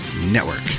Network